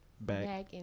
back